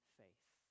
faith